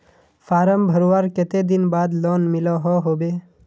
Form भरवार कते दिन बाद लोन मिलोहो होबे?